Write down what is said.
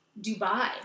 Dubai